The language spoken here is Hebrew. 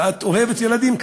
ואת אוהבת ילדים,